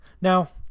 Now